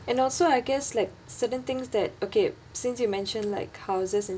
and also I guess like certain things that okay since you mentioned like houses and